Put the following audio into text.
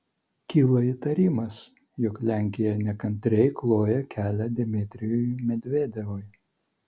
kyla įtarimas jog lenkija nekantriai kloja kelią dmitrijui medvedevui